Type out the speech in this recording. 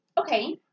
Okay